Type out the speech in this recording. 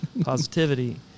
positivity